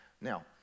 Now